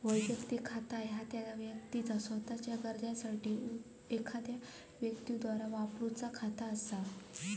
वैयक्तिक खाता ह्या त्या व्यक्तीचा सोताच्यो गरजांसाठी एखाद्यो व्यक्तीद्वारा वापरूचा खाता असा